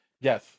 yes